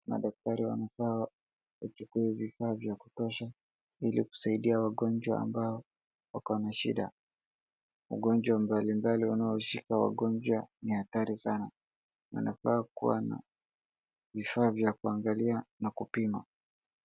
Madaktari wamesha chukua vifaa vya kutosha ili kusaidia wagonjwa ambao wako na shida, ugonjwa mbali mbali unaoshika wagonjwa ni hatari sana na wanafaa kuwa na vifaa vya kuangalia na kupima.